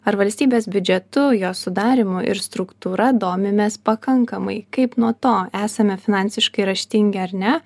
ar valstybės biudžetu jos sudarymu ir struktūra domimės pakankamai kaip nuo to esame finansiškai raštingi ar ne